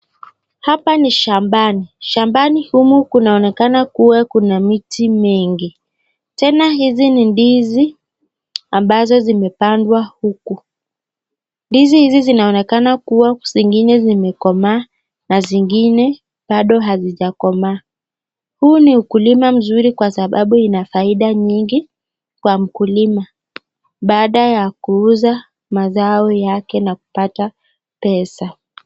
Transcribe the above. Hapa ni shambani, shambani humu kunaonekana kuwa kuna miti mingi. Tena hizi ni ndizi ambazo zimepandwa huku. Ndizi hizi zinaonekana kuwa zingine zimekomaa na zingine bado hazijakomaa. Huu ni ukulima mzuri kwa sababu ina faida nyingi kwa mkulima baada ya kuuza mazao yake na kupata pesa.